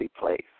place